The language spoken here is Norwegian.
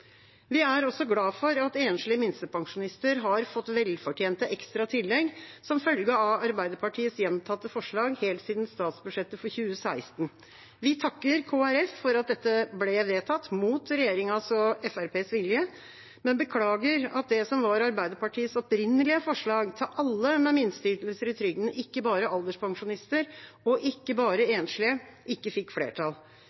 Vi er også glad for at enslige minstepensjonister har fått velfortjente ekstratillegg, som følge av Arbeiderpartiets gjentatte forslag helt siden statsbudsjettet for 2016. Vi takker Kristelig Folkeparti for at dette ble vedtatt, mot regjeringas og Fremskrittspartiets vilje, men beklager at det som var Arbeiderpartiets opprinnelige forslag, tillegg til alle med minsteytelser i trygden – ikke bare alderspensjonister, og ikke bare